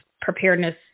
preparedness